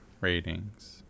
ratings